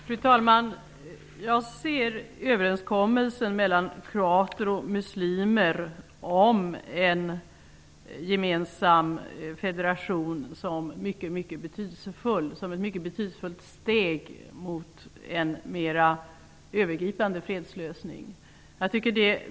Fru talman! Jag ser överenskommelsen mellan kroater och muslimer om en gemensam federation som ett mycket betydelsefullt steg mot en mer övergripande fredslösning.